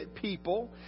people